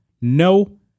No